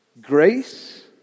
grace